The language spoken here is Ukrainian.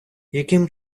яким